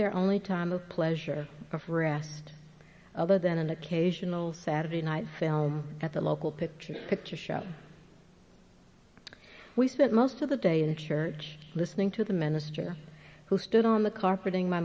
their only time of pleasure of rest other than an occasional saturday night film at the local picturesque picture show we spent most of the day in the church listening to the minister who stood on the carpeting my